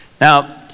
Now